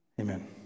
Amen